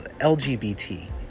LGBT